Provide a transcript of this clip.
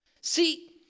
See